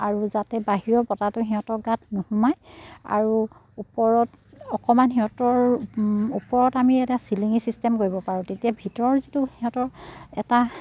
আৰু যাতে বাহিৰৰ বতাহটো সিহঁতৰ গাত নোসোমায় আৰু ওপৰত অকণমান সিহঁতৰ ওপৰত আমি এটা চিলিঙি চিষ্টেম কৰিব পাৰোঁ তেতিয়া ভিতৰৰ যিটো সিহঁতৰ এটা